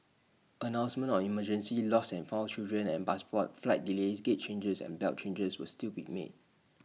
announcements on emergencies lost and found children and passports flight delays gate changes and belt changes will still be made